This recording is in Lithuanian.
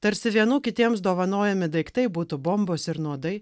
tarsi vienų kitiems dovanojami daiktai būtų bombos ir nuodai